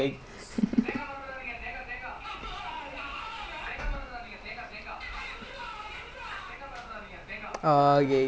ya lah I mean இல்ல அவன் வந்து:illa avan vanthu like எரும மாடு இந்த மாரி கேப்பான்:eruma maadu intha maari kaeppaan basically he play goalkeeper because he cannot play anywhere else can you imagine him anywhere else